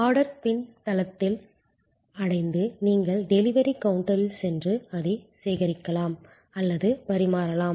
order பின்தளத்தை அடைந்து நீங்கள் டெலிவரி கவுண்டரில் சென்று அதைச் சேகரிக்கலாம் அல்லது பரிமாறலாம்